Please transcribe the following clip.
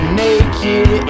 naked